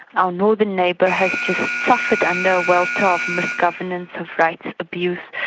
our northern neighbour has just suffered and welter misgovernance, of rights abuse,